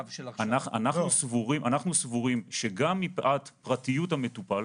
אנחנו סבורים שגם מפאת פרטיות המטופל,